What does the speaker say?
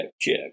check